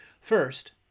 First